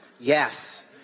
Yes